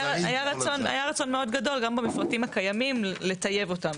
היה רצון מאוד גדול גם במפרטים הקיימים לטייב אותם.